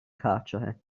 carcere